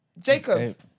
Jacob